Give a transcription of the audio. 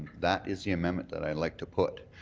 that is the amendment that i'd like to put.